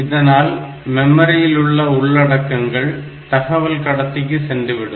இதனால் மெமரி உள்ளடக்கங்கள் தகவல் கடத்திக்கு சென்றுவிடும்